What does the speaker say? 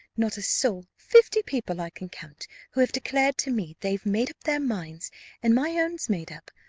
not a soul fifty people i can count who have declared to me they've made up their minds and my own's made up,